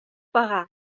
pagà